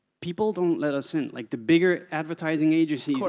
people don't let us in, like the bigger advertising agencies,